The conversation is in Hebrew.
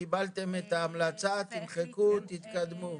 בסדר, קיבלתם את ההמלצה, תמחקו, תתקדמו.